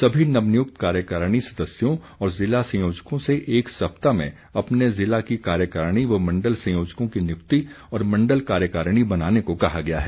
सभी नवनियुक्त कार्यकारिणी सदस्यों और ज़िला संयोजकों से एक सप्ताह में अपने ज़िला की कार्यकारिणी व मंडल संयोजकों की नियुक्ति और मंडल कार्यकारिणी बनाने को कहा गया है